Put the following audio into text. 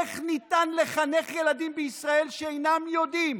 איך ניתן לחנך ילדים בישראל שאינם יודעים